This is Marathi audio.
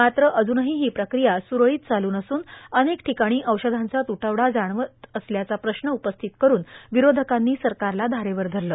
मात्र अजूनही ही प्रक्रिया सुरळीत चालू नसून अनेक टिकाणी औषधांचा तुटवडा जाणवत असल्याचा प्रश्न उपस्थित करून विरोधकांनी सरकारला धारेवर धरले